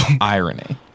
irony